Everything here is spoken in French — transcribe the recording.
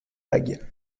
vagues